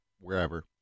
wherever